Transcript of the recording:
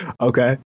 Okay